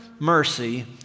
Mercy